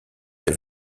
des